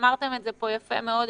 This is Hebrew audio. אמרתם את זה פה יפה מאוד,